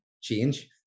change